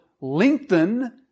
lengthen